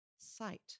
Sight